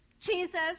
Jesus